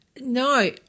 No